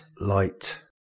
light